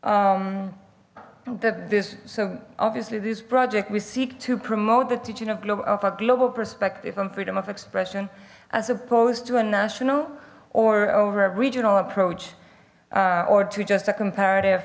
this so obviously this project we seek to promote the teaching of global of a global perspective on freedom of expression as opposed to a national or over a regional approach or to just a comparative